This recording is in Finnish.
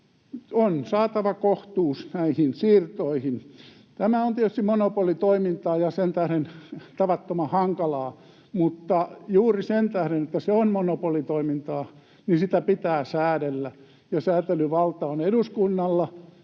On saatava kohtuus näihin siirtoihin. Tämä on tietysti monopolitoimintaa ja sen tähden tavattoman hankalaa, mutta juuri sen tähden, että se on monopolitoimintaa, sitä pitää säädellä, ja säätelyvalta on eduskunnalla.